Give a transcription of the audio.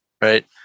Right